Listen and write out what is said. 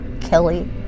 Kelly